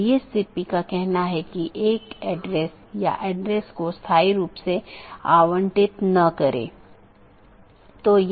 जब ऐसा होता है तो त्रुटि सूचना भेज दी जाती है